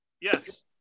Yes